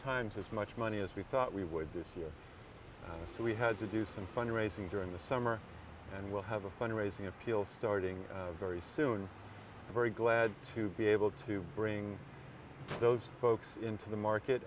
times as much money as we thought we would this year so we had to do some fundraising during the summer and we'll have a fundraising appeals starting very soon very glad to be able to bring those folks into the market